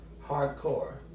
hardcore